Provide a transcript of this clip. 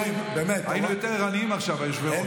היינו יותר ערניים עכשיו, היושב-ראש.